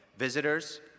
visitors